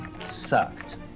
sucked